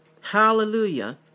Hallelujah